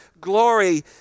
glory